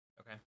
Okay